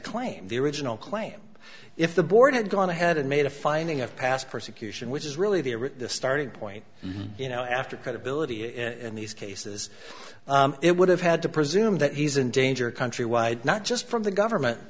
claim the original claim if the board had gone ahead and made a finding of past persecution which is really the original starting point you know after credibility in these cases it would have had to presume that he's in danger countrywide not just from the government